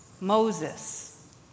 Moses